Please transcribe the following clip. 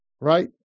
right